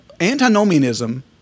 antinomianism